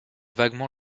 vaguement